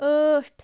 ٲٹھ